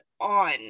on